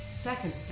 Second